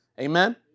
Amen